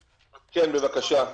כן, בבקשה.